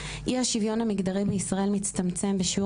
אי השוויון המגדרי בישראל מצטמצם בשיעור